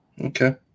Okay